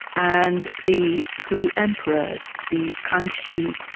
and the three emperors, the kangxi,